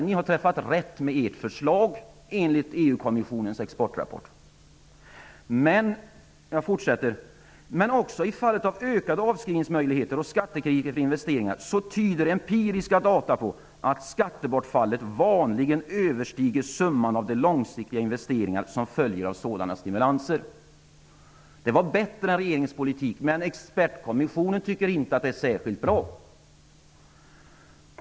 Ni har träffat rätt med ert förslag enligt EU Kommissionen fortsätter: Men också i fall av ökade avskrivningsmöjligheter och skattefrihet för investeringar tyder empiriska data på att skattebortfallet vanligen överstiger summan av de långsiktiga investeringar som följer av sådana stimulanser. Ert förslag var bättre än regeringens politik, men expertkommissionen tycker inte att det är särskilt bra.